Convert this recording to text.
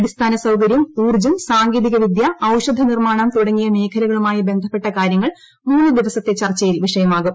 അടിസ്ഥാന സൌകര്യം ഊർജ്ജം സാങ്കേതിക വിദ്യ ഔഷധ നിർമ്മാണം തുടങ്ങിയ മേഖലകളുമായി ബന്ധപ്പെട്ട കാരൃങ്ങൾ മൂന്നു ദിവസത്തെ ചർച്ചയിൽ വിഷയമാകും